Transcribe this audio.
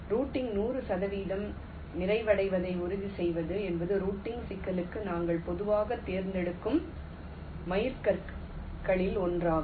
routing நூறு சதவிகிதம் நிறைவடைவதை உறுதி செய்வது என்பது ரூட்டிங் சிக்கலுக்கு நாங்கள் பொதுவாகத் தேர்ந்தெடுக்கும் மைல்கற்களில் ஒன்றாகும்